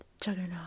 Juggernaut